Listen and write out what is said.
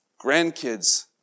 grandkids